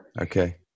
Okay